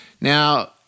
Now